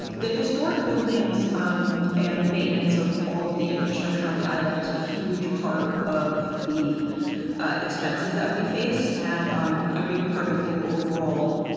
the historic buildings um and maintenance of all of the infrastructure on the island is a huge part of the expenses that we face. and um a big part of the overall.